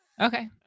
Okay